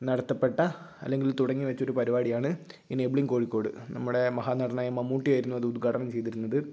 നടത്തപ്പെട്ട അല്ലെങ്കിൽ തുടങ്ങി വെച്ചൊരു പരിപാടി ആണ് എനേബിളിംഗ് കോഴിക്കോട് നമ്മടെ മഹാനടനായ മമ്മൂട്ടി ആയിരുന്നു അത് ഉദ്ഘാടനം ചെയ്തിരുന്നത്